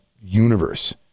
universe